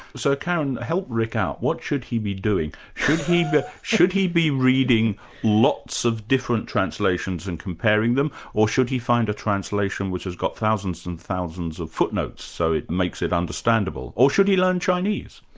so karen, help rick out. what should he be doing? should he but should he be reading lots of different translations and comparing them, or should he find a translation which has got thousands and thousands of footnotes so it makes it understandable. or should he learn chinese?